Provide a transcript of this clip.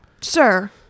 Sir